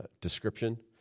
description